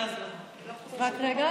רגע,